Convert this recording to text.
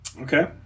Okay